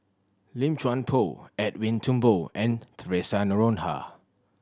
Lim Chuan Poh Edwin Thumboo and Theresa Noronha